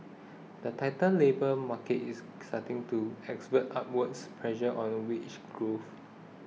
the tighter labour market is starting to expert upwards pressure on a wage growth